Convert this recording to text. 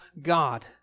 God